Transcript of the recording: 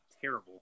terrible